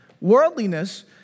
Worldliness